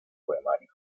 poemarios